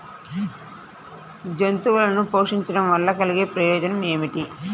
జంతువులను పోషించడం వల్ల కలిగే ప్రయోజనం ఏమిటీ?